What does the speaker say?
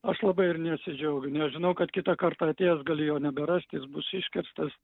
aš labai ir nesidžiaugiu nes žinau kad kitą kartą atėjęs galiu jo neberasti jis bus iškirstas